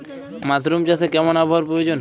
Mushroom চাষে কেমন আবহাওয়ার প্রয়োজন?